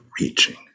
reaching